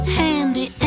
handy